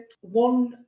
one